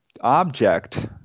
object